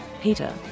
Peter